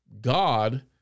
God